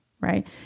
right